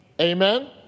Amen